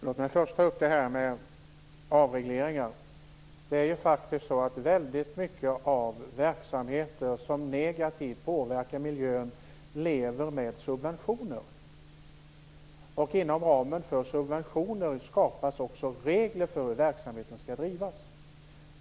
Fru talman! Låt mig först ta upp avregleringen. Många verksamheter som påverkar miljön negativt drivs med hjälp av subventioner. Inom ramen för subventionerna skapas också regler för hur verksamheten skall drivas.